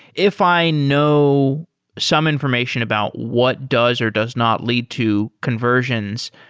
if i know some information about what does or does not lead to conversions,